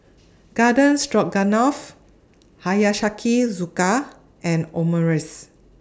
Garden Stroganoff Hiyashi Chuka and Omurice